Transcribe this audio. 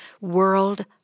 world